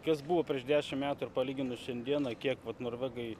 kas buvo prieš dešim metų ir palyginus šiandieną kiek vat norvegai